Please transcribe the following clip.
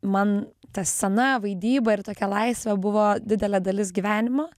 man ta scena vaidyba ir tokia laisvė buvo didelė dalis gyvenimo